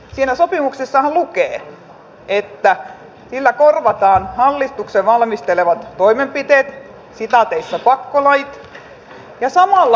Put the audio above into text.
siinä sopimuksessahan lukee että sillä korvataan hallituksen valmistelemat toimenpiteet pakkolait ja samalla työmarkkinajärjestöt